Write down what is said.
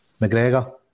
McGregor